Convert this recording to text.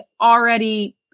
already